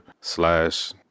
slash